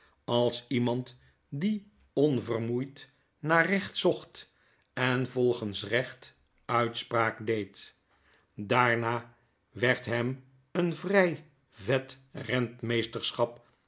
als iemand die onvermoeid naar recht zocht en volgens recbt uitspraak deed daarna werd hem eenvry vet